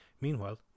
Meanwhile